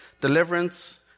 deliverance